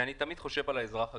ואני תמיד חושב על האזרח הקטן.